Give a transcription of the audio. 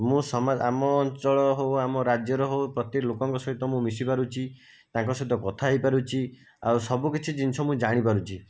ମୁଁ ସମାଜ ଆମ ଅଞ୍ଚଳ ହେଉ ଆମ ରାଜ୍ୟର ହେଉ ପ୍ରତି ଲୋକଙ୍କ ସହିତ ମୁଁ ମିଶି ପାରୁଛି ତାଙ୍କ ସହିତ କଥା ହୋଇ ପାରୁଛିଆଉ ସବୁ କିଛି ଜିନିଷ ମୁଁ ଜାଣି ପାରୁଛି